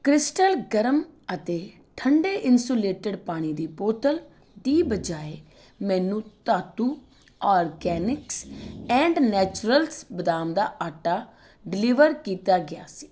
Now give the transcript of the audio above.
crystal ਗਰਮ ਅਤੇ ਠੰਡੇ ਇੰਸੂਲੇਟਿਡ ਪਾਣੀ ਦੀ ਬੋਤਲ ਦੀ ਬਜਾਏ ਮੈਨੂੰ ਧਾਤੂ ਆਰਗੈਨਿਕਸ ਐਂਡ ਨੈਚੁਰਲਸ ਬਦਾਮ ਦਾ ਆਟਾ ਡਿਲੀਵਰ ਕੀਤਾ ਗਿਆ ਸੀ